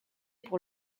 pour